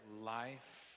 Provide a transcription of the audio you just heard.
life